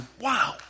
wow